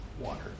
water